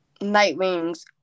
Nightwings